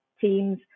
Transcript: teams